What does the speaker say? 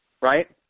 Right